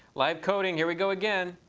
live coding, here we go again.